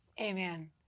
Amen